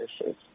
issues